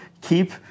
keep